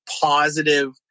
positive